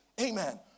Amen